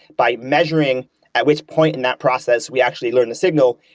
by measuring at which point in that process we actually learn the signal,